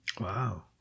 Wow